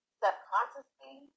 subconsciously